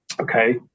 okay